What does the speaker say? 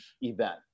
event